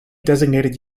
designated